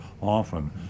often